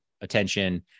attention